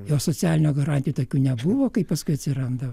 jau socialinių garantijų tokių nebuvo kaip paskui atsiranda